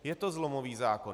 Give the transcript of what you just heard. Je to zlomový zákon.